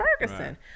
Ferguson